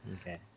Okay